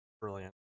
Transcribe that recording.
brilliant